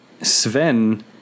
Sven